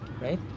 right